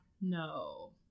no